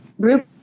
group